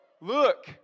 Look